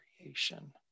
creation